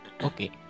Okay